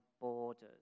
borders